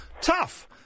tough